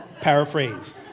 paraphrase